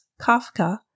Kafka